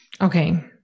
Okay